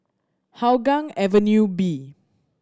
Hougang Avenue B